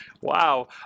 Wow